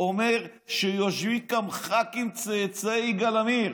ואומר שיושבים כאן ח"כים צאצאי יגאל עמיר.